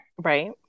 right